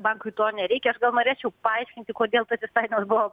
bankui to nereikia aš gal norėčiau paaiškinti kodėl tas įstatymas buvo